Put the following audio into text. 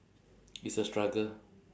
it's a struggle